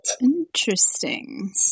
Interesting